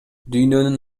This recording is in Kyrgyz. дүйнөнүн